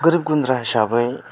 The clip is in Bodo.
गोरिब गुद्रा हिसाबै